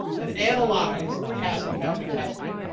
and analyzed the task of boundary testing